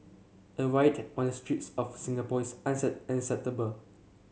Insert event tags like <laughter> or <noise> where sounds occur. a riot on the streets of Singapore is <unintelligible> unacceptable